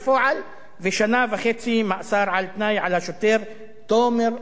ושנה וחצי מאסר על-תנאי על השוטר תומר אברהם.